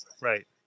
right